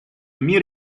мир